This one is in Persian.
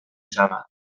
شود